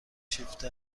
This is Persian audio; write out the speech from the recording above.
شیفت